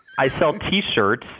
i sell t-shirts.